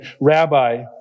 Rabbi